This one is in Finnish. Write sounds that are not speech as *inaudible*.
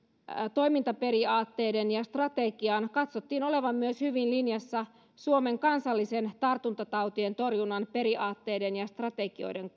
toimintaperiaatteiden ja ja strategian katsottiin olevan myös hyvin linjassa suomen kansallisen tartuntatautien torjunnan periaatteiden ja strategioiden *unintelligible*